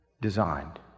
designed